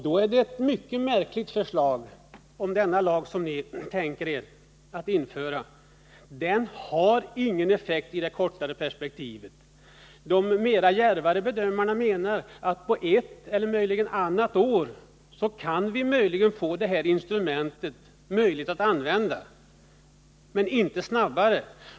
Då är det ett mycket märkligt förslag, om den lag som ni tänker införa inte har någon effekt i det kortare perspektivet. De mer djärva bedömarna menar att vi möjligen på ett eller annat år kan få detta instrument att fungera men inte tidigare.